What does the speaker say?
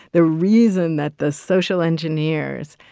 the reason that the social engineers,